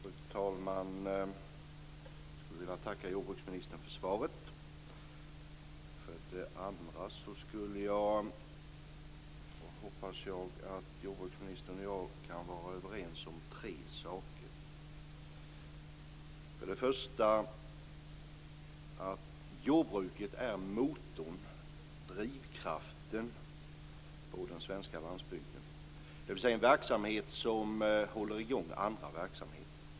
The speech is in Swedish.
Fru talman! Jag vill tacka jordbruksministern för svaret. Jag hoppas att jordbruksministern och jag kan vara överens om tre saker. För det första: Jordbruket är drivkraften och motorn på den svenska landsbygden, dvs. en verksamhet som håller i gång andra verksamheter.